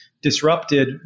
disrupted